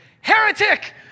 heretic